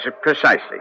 Precisely